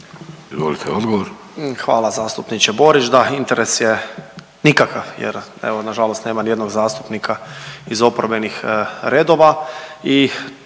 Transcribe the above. Tomislav (HDZ)** Hvala zastupniče Borić. Da interes je nikakav jer evo nažalost nema ni jednog zastupnika iz oporbenih redova